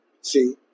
See